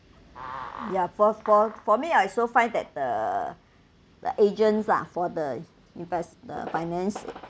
ya for for for me I also find that the the agents lah for the invest the finance